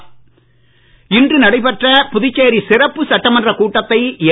புறக்கணிப்பு இன்று நடைபெற்ற புதுச்சேரி சிறப்பு சட்டமன்ற கூட்டத்தை என்